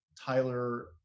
Tyler